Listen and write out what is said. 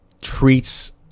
treats